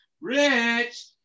Rich